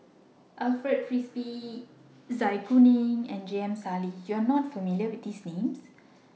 Alfred Frisby Zai Kuning and J M Sali YOU Are not familiar with These Names